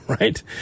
Right